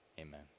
Amen